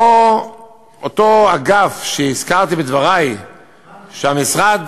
אותו אגף שהזכרתי בדברי, מנח"י.